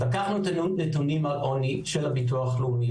אז לקחנו את הנתונים על עוני של הביטוח הלאומי,